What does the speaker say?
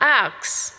axe